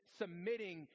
submitting